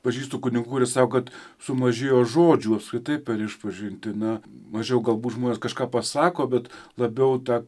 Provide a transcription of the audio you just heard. pažįstu kunigų ir sako kad sumažėjo žodžių apskritai per išpažintį na mažiau galbūt žmonės kažką pasako bet labiau tą